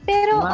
Pero